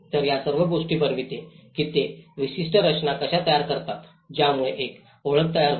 तर या सर्व गोष्टी बनविते की ते विशिष्ट रचना कशा तयार करतात ज्यामुळे एक ओळख तयार होते